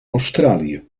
australië